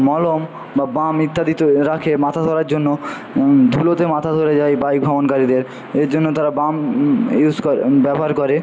মলম বা বাম ইত্যাদি তো রাখে মাথা ধরার জন্য ধুলোতে মাথা ধরে যায় বাইক ভ্রমণকারীদের এর জন্য তারা বাম ইউজ করে ব্যবহার করে